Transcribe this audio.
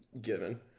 Given